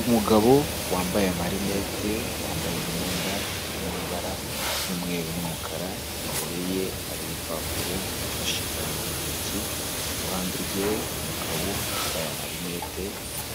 Umugabo wambaye amarinete, wambaye imyenda irimo ibara ry'umweru n'umukara, imbere ye hari ibipapuro, ufashe ikaramu mu ntoki, iruhande rwe umugabo wambaye amarinete,